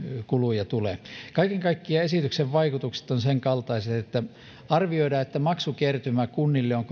kuluja tule kaiken kaikkiaan esityksen vaikutukset ovat senkaltaiset että arvioidaan että maksukertymä on